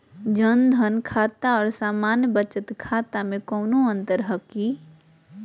जन धन खाता और सामान्य बचत खाता में कोनो अंतर है की?